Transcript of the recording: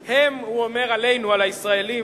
הם, הוא אומר עלינו, על הישראלים,